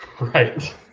Right